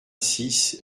six